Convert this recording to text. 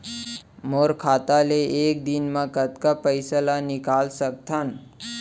मोर खाता ले एक दिन म कतका पइसा ल निकल सकथन?